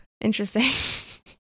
interesting